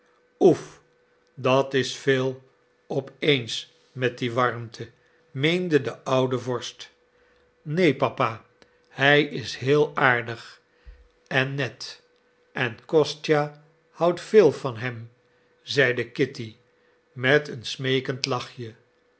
oef dat is veel op eens met die warmte meende de oude vorst neen papa hij is heel aardig en net en kostja houdt veel van hem zeide kitty met een smeekend lachje